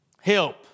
Help